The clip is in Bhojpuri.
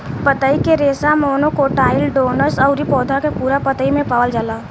पतई के रेशा मोनोकोटाइलडोनस अउरी पौधा के पूरा पतई में पावल जाला